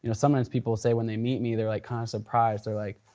you know sometimes people say when they meet me, they're like kind of surprised, they're like,